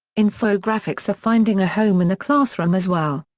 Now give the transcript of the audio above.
infographics are finding a home in the classroom as well.